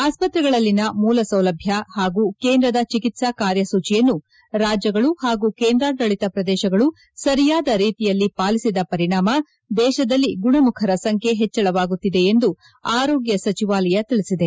ಆಸ್ತತ್ರೆಗಳಲ್ಲಿನ ಮೂಲ ಸೌಲಭ್ಯ ಹಾಗೂ ಕೇಂದ್ರದ ಚಿಕಿತ್ಸಾ ಕಾರ್ಯಸೂಚಿಯನ್ನು ರಾಜ್ಯಗಳು ಹಾಗೂ ಕೇಂದ್ರಾಡಳಿತ ಪ್ರದೇಶಗಳು ಸರಿಯಾದ ರೀತಿಯಲ್ಲಿ ಪಾಲಿಸಿದ ಪರಿಣಾಮ ದೇಶದಲ್ಲಿ ಗುಣಮುಖರ ಸಂಖ್ಯೆ ಹೆಚ್ಚಳವಾಗುತ್ತಿದೆ ಎಂದು ಆರೋಗ್ತ ಸಚಿವಾಲಯ ತಿಳಿಸಿದೆ